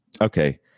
Okay